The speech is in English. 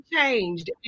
changed